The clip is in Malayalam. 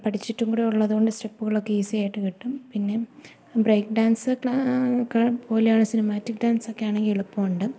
പഠിച്ചിട്ടുംകൂടെ ഉള്ളതുകൊണ്ട് സ്റ്റെപ്പുകളൊക്കെ ഈസിയായിട്ട് കിട്ടും പിന്നെ ബ്രേക്ക് ഡാൻസ് പോലെയാണ് സിനിമാറ്റിക് ഡാൻസൊക്കെ ആണെങ്കില് എളുപ്പമുണ്ട്